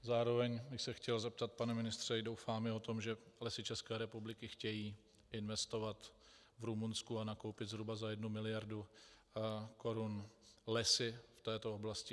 Zároveň bych se chtěl zeptat, pane ministře, na to, že Lesy České republiky chtějí investovat v Rumunsku a nakoupit zhruba za jednu miliardu korun lesy v této oblasti.